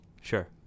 Sure